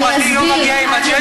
כסף פרטי לא מגיע עם אג'נדה?